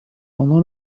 pendant